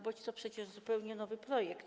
Bo to przecież inny, zupełnie nowy projekt.